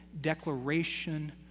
declaration